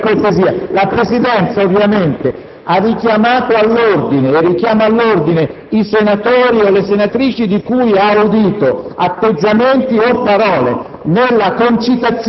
La Presidenza ovviamente